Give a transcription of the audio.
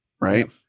right